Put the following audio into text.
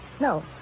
No